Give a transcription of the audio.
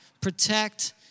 protect